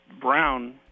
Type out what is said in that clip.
brown